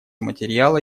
материала